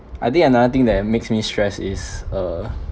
I think another thing that makes me stressed is uh